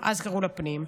הפנים, אז קראו לה "פנים".